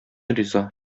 риза